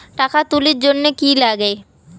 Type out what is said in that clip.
টাকা তুলির জন্যে কি লাগে?